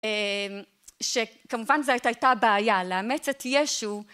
שכמובן זאת הייתה בעיה לאמץ את ישו